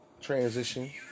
transition